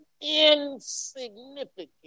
insignificant